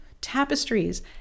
tapestries